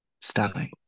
Stunning